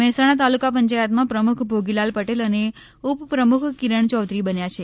મહેસાણા તાલુકા પંચાયતમાં પ્રમુખ ભોગીલાલ પટેલ અને ઉપપ્રમુખ કિરણ ચૌધરી બન્યા છે